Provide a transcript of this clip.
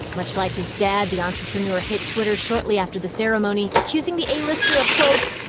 much like his dad, the entrepreneur hit twitter shortly after the ceremony, accusing the a-lister of, quote,